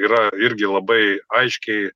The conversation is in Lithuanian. yra irgi labai aiškiai